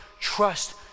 trust